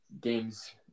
games